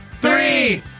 three